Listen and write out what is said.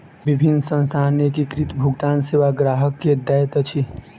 विभिन्न संस्थान एकीकृत भुगतान सेवा ग्राहक के दैत अछि